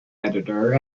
editor